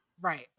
Right